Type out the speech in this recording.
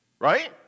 Right